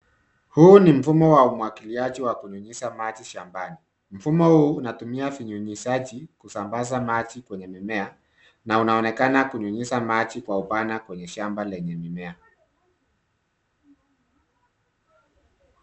Huu ni mfumo wa umwagiliaji wa kunyunyiza maji shambani. Mfumo huu unatumia vinyunyizaji kusambaza maji kwenye mimea na inaonekana kunyunyiza maji kwa upana kwa shamba lenye mimea.